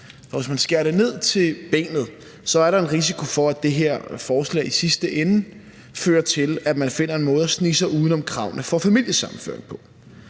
Hvis man skærer ind til benet, er der en risiko for, at det her forslag i sidste ende fører til, at man finder en måde at snige sig uden om kravene til familiesammenføring på.